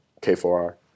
K4R